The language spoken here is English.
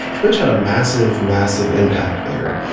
twitch had a massive, massive impact there,